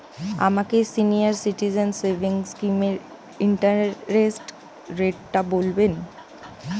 আমাকে senior citizen savings স্কিমের interest রেটটা বলবেন